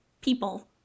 people